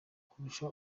kurusha